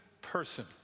person